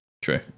True